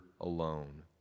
alone